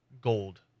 gold